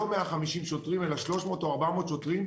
לא 150 שוטרים אלא 300 או 400 שוטרים,